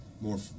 more